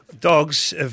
Dogs